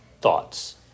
thoughts